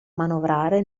manovrare